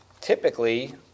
typically